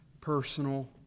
personal